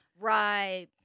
Right